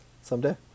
someday